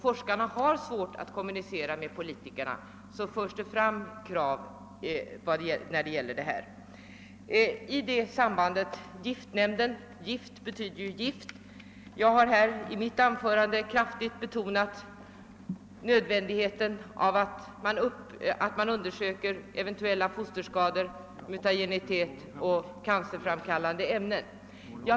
Forskarna sägs ha svårt att kommunicera med politikerna, men inte minst från vetenskapligt håll har sådana krav framförts. Jag har i mitt anförande kraftigt betonat nödvändigheten av att man undersöker eventuella fosterskadande effekter, mutagenitet och också cancerframkallande ämnen.